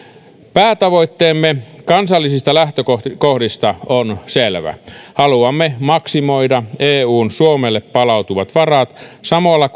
päätavoitteemme kansallisista lähtökohdista on selvä haluamme maksimoida eun suomelle palautuvat varat samalla